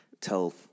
tell